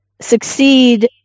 Succeed